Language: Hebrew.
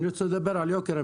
אני רוצה לדבר על יוקר המחיה.